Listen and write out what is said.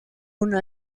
una